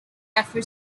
after